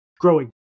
growing